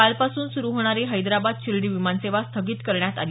कालपासून सुरू होणारी हैदराबाद शिर्डी विमानसेवा स्थगित करण्यात आली